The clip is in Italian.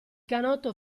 canotto